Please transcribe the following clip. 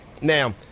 Now